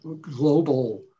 Global